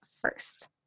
first